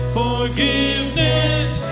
forgiveness